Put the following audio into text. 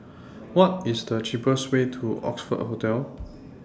What IS The cheapest Way to Oxford Hotel